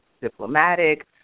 diplomatic